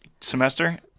semester